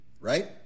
right